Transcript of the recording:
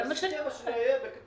אני רוצה